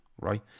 right